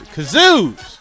Kazoos